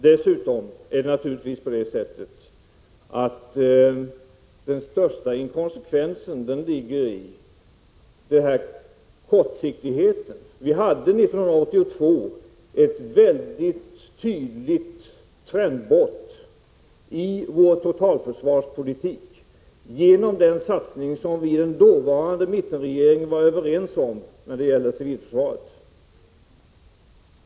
Dessutom är det på det sättet att den största inkonsekvensen ligger i den här kortsiktigheten. Vi hade 1982 ett väldigt tydligt trendbrott i vår totalförsvarspolitik genom den satsning som vi inom den dåvarande mittenregeringen var överens om när det gäller civilförsvaret.